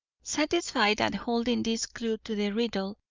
satisfied at holding this clew to the riddle,